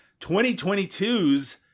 2022's